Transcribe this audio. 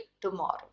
tomorrow